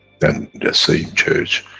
then the same church,